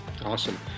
Awesome